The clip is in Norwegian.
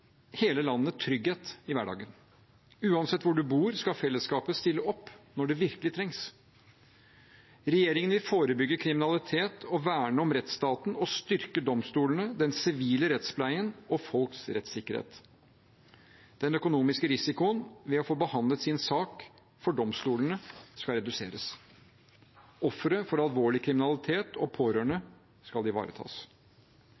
hele landet trygghet i hverdagen. Uansett hvor du bor, skal fellesskapet stille opp når det virkelig trengs. Regjeringen vil forebygge kriminalitet, verne om rettsstaten og styrke domstolene, den sivile rettspleien og folks rettssikkerhet. Den økonomiske risikoen ved å få behandlet sin sak for domstolene skal reduseres. Ofre for alvorlig kriminalitet og